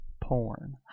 porn